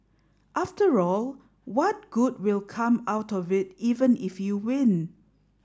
after all what good will come out of it even if you win